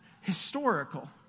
historical